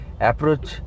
approach